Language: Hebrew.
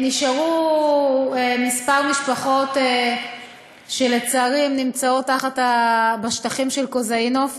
נשארו כמה משפחות שלצערי הן נמצאות בשטחים של כוזאינוף,